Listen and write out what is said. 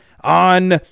on